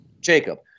Jacob